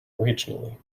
regionally